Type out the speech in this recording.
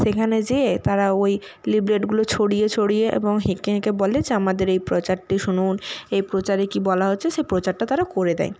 সেখানে যেয়ে তারা ওই লিফলেটগুলো ছড়িয়ে ছড়িয়ে এবং হেঁকে হেঁকে বলে যে আমাদের এই প্রচারটি শুনুন এই প্রচারে কি বলা হচ্ছে সে প্রচারটা তারা করে দেয়